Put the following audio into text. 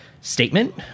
statement